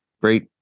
great